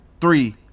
three